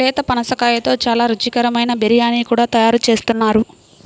లేత పనసకాయతో చాలా రుచికరమైన బిర్యానీ కూడా తయారు చేస్తున్నారు